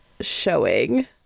showing